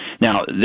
now